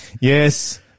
Yes